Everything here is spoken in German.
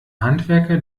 handwerker